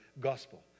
gospel